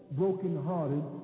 brokenhearted